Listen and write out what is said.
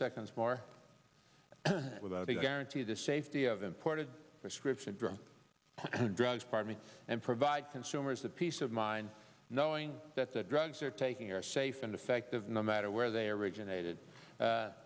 seconds more without a guarantee the safety of imported prescription drug drugs part me and provide consumers the peace of mind knowing that the drugs are taking safe and effective no matter where they originated